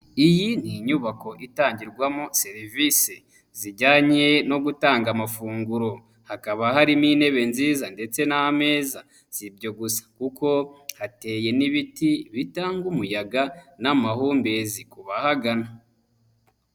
Iyi ni inyubako itangirwamo serivisi zijyanye no gutanga amafunguro, hakaba harimo intebe nziza ndetse n'amezaza, si ibyo gusa kuko hateye n'ibiti bitanga umuyaga n'amahumbezi ku bahagana.